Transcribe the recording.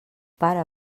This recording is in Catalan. pare